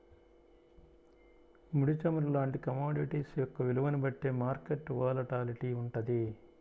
ముడి చమురు లాంటి కమోడిటీస్ యొక్క విలువని బట్టే మార్కెట్ వోలటాలిటీ వుంటది